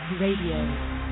Radio